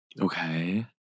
Okay